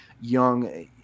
Young